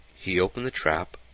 he opened the trap,